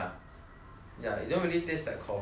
yeah it didn't really taste like coffee lor